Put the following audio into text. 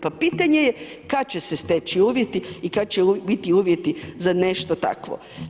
Pa pitanje je kad će se steći uvjeti i kad će biti uvjeti za nešto takvo?